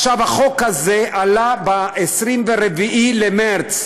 החוק הזה עלה ב-24 במרס.